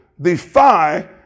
defy